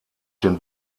den